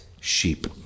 sheep